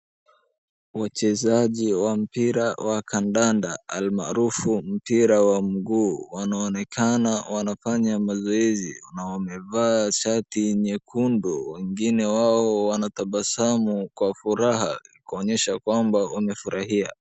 Wachezaji wa mpira wa kadanda, almaarufu mpira wa mguu, wanaonekana wanafanya mazoezi, na wamevaa shati nyekundu, wengine wao wanatabasamu kwa furaha kuonyesha kwamba wamefurahia.